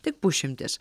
tik pusšimtis